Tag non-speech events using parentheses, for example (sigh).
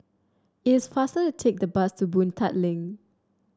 it is faster to take the bus to Boon (unintelligible) Link